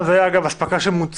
אפשר שזה יהיה "אספקה של מוצרים